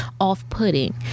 off-putting